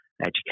education